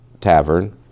Tavern